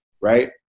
right